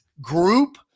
group